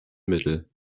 mittel